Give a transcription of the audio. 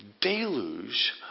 deluge